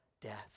death